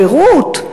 ביירות?